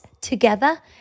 together